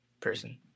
person